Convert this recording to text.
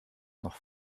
noch